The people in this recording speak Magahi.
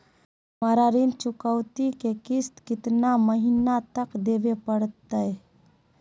हमरा ऋण चुकौती के किस्त कितना महीना तक देवे पड़तई?